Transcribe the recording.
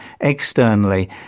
externally